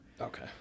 Okay